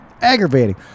Aggravating